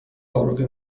عروقی